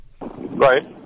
Right